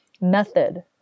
method